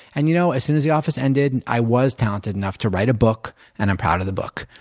and you know as soon as the office ended, i was talented enough to write a book and i'm proud of the book.